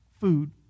food